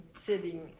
sitting